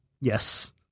Yes